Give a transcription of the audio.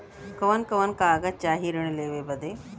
कवन कवन कागज चाही ऋण लेवे बदे?